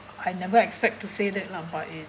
I never expect to say that lah but it